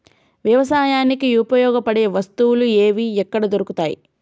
వ్యవసాయానికి ఉపయోగపడే వస్తువులు ఏవి ఎక్కడ దొరుకుతాయి?